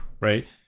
right